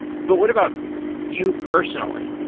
but what about you personally?